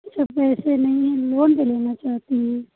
अच्छा पैसे नहीं है लोन पे लेना चाहती हैं